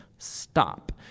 Stop